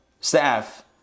staff